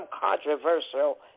controversial